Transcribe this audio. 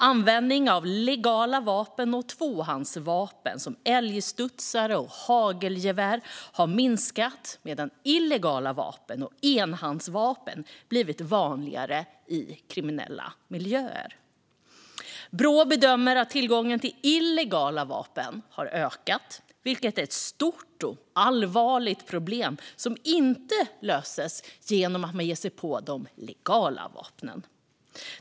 Användningen av legala vapen och tvåhandsvapen, som älgstudsare och hagelgevär, har minskat, medan illegala vapen och enhandsvapen blivit vanligare i kriminella miljöer. Brå bedömer att tillgången till illegala vapen har ökat, vilket är ett stort och allvarligt problem som inte löses genom att man ger sig på de legala vapnen.